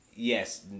Yes